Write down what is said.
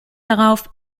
darauf